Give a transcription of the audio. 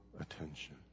attention